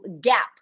gap